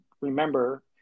remember